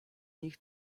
nich